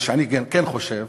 מה שאני גם כן חושב.